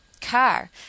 car